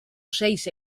ocells